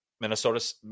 Minnesota